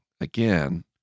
again